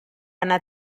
anar